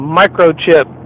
microchip